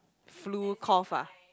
flu cough ah